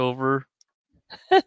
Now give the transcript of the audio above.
over